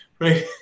right